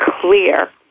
clear